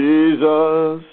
Jesus